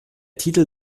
titel